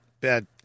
bad